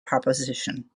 proposition